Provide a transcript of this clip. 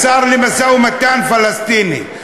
השר למשא-ומתן עם הפלסטינים.